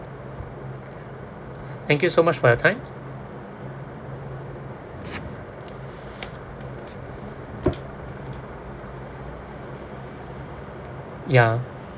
thank you so much for your time ya